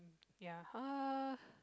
ya [hurhur]